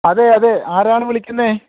അതെ അതെ ആരാണ് വിളിക്കുന്നത്